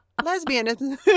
lesbian